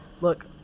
Look